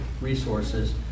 resources